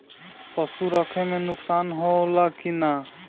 पशु रखे मे नुकसान होला कि न?